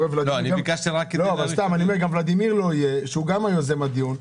גם ולדימיר לא יהיה, שהוא גם יוזם הדיון.